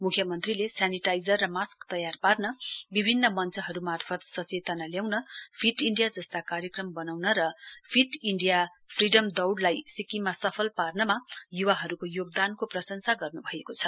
मुख्यमन्त्रीले सेनिटाइजर र मास्क तयार पार्न विभिन मञ्चहरूमार्फत सचेतना ल्याउन फिट् इण्डिया जस्ता कार्यक्रम बनाउन र फिट् इण्डिया फ्रीडम दौइलाई सिक्किममा सफल पार्नमा युवाहरूको योगदानको प्रंशसा गर्न्भएको छ